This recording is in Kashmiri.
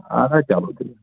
اَہَن حظ چلو تیٚلہِ